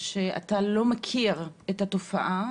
שאתה לא מכיר את התופעה.